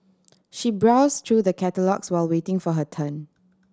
she browse through the catalogues while waiting for her turn